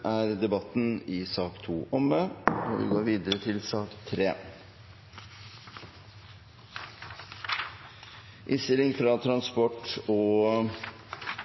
har ikke bedt om ordet til sak nr. 2. Etter ønske fra transport- og kommunikasjonskomiteen vil presidenten foreslå at sakene nr. 3 og